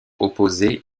opposé